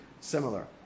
similar